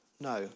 No